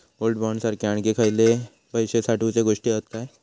Gold bond सारखे आणखी खयले पैशे साठवूचे गोष्टी हत काय?